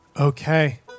Okay